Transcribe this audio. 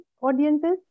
audiences